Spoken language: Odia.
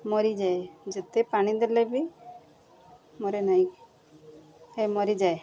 ମରିଯାଏ ଯେତେ ପାଣି ଦେଲେ ବି ମରେ ନାହିଁ ଏ ମରିଯାଏ